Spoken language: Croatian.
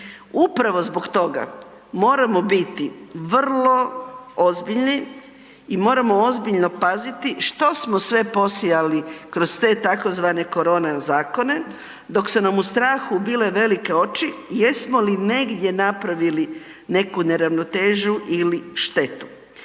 Upravo zbog toga moramo biti vrlo ozbiljni i moramo ozbiljno paziti što smo sve posijali kroz tzv. korona zakone dok su nam u strahu bile velike oči i jesmo li negdje napravili neku neravnotežu ili štetu.